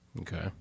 Okay